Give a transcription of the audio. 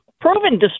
proven